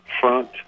front